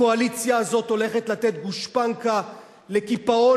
הקואליציה הזאת הולכת לתת גושפנקה לקיפאון